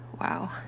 Wow